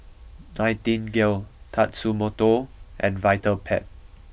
Nightingale Tatsumoto and Vitapet